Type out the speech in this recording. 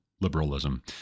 Liberalism